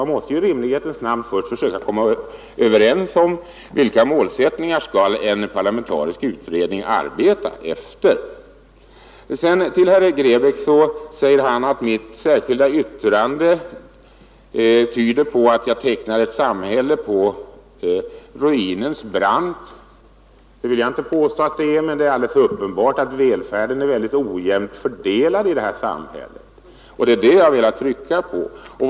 Man måste i rimlighetens namn först försöka komma överens om vilka målsättningar en parlamentarisk utredning skall arbeta efter. Herr Grebäck säger att jag i mitt särskilda yttrande tecknar ett samhälle på ruinens brant. Jag vill inte påstå att så är fallet, men det är alldeles uppenbart att välfärden är synnerligen ojämnt fördelad i detta samhälle, och det är det jag velat understryka.